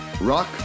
Rock